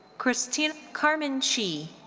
christine. carmen chee.